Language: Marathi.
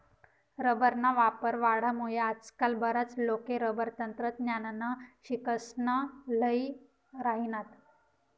रबरना वापर वाढामुये आजकाल बराच लोके रबर तंत्रज्ञाननं शिक्सन ल्ही राहिनात